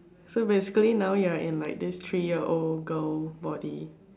so basically now you're like in this three year old girl body